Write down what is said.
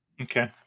okay